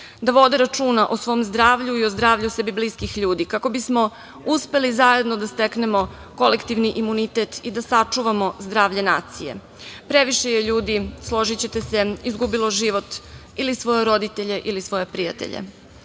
da vode računa o svom zdravlju i o zdravlju sebi bliskih ljudi kako bismo uspeli zajedno da steknemo kolektivni imunitet i da sačuvamo zdravlje nacije. Previše je ljudi, složićete se, izgubilo život ili svoje roditelje ili svoje prijatelje. Ono